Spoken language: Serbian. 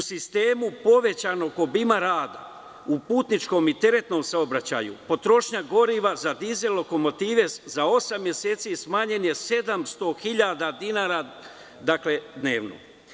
U sistemu povećanog obima rada u putničkom i teretnom saobraćaju potrošnja goriva za dizel lokomotive za osam meseci smanjen je 700.000 dinara dnevno.